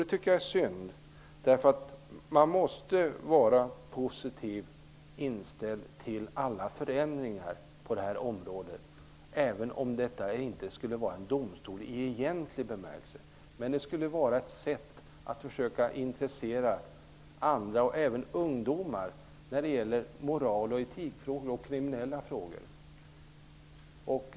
Det tycker jag är synd -- man måste vara positivt inställd till alla förändringar på det här området. Även om detta inte är en domstol i egentlig bemärkelse skulle det vara ett sätt att försöka intressera andra och även ungdomar för moral och etikfrågor och frågor som gäller kriminalitet.